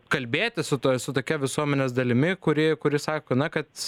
kalbėtis su ta su tokia visuomenės dalimi kuri kuri sako na kad